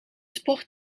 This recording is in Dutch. sport